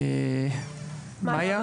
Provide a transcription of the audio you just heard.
מיה,